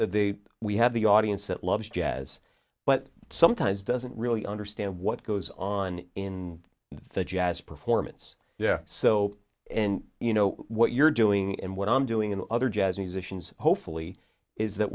they we have the audience that loves jazz but sometimes doesn't really understand what goes on in the jazz performance yeah so and you know what you're doing and what i'm doing and other jazz musicians hopefully is that